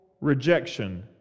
rejection